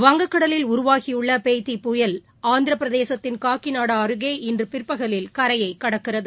வங்கக்கடலில் உருவான பெய்ட்டி புயல் ஆந்திர பிரதேசத்தின் காக்கிநாடா அருகே இன்று பிற்பகலில் கரையைக கடக்கிறது